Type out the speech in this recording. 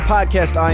Podcast